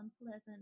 unpleasant